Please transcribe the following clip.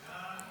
סעיפים 1